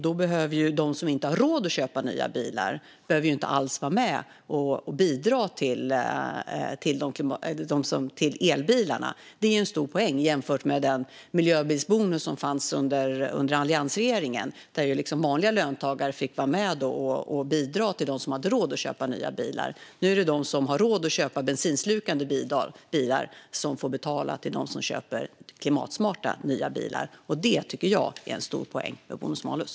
De som inte har råd att köpa nya bilar behöver inte alls vara med och bidra till elbilarna, och det är en stor poäng jämfört med den miljöbilsbonus som fanns under alliansregeringens tid. Då fick vanliga löntagare vara med och bidra till dem som hade råd att köpa nya bilar. Nu är det de som har råd att köpa bensinslukande bilar som får betala till dem som köper klimatsmarta nya bilar. Det tycker jag är en stor poäng med bonus-malus.